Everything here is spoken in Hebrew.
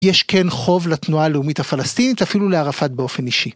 יש כן חוב לתנועה הלאומית הפלסטינית, אפילו לערפאת באופן אישי.